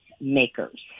makers